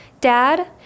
Dad